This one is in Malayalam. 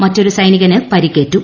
മറ്റൊരു സൈനികന് പരിക്കേറ്റു